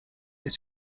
est